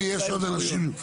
יש עוד אנשים.